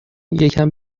یکم